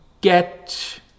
get